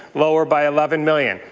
lower by eleven million.